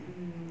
mm